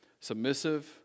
submissive